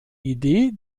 idee